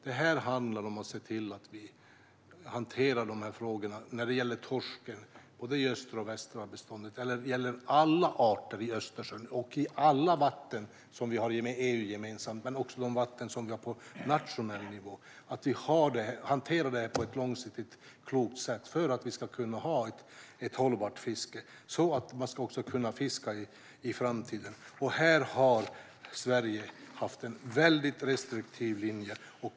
Det handlar om att se till att vi hanterar frågorna när det gäller torsken både i det östra och i det västra beståndet. Det gäller dessutom alla arter i Östersjön och i alla vatten som vi har gemensamt med EU. Men det gäller också de vatten som vi har på nationell nivå. Vi måste hantera detta på ett långsiktigt och klokt sätt för att vi ska kunna ha ett hållbart fiske och för att man ska kunna fiska i framtiden. Här har Sverige haft en restriktiv linje.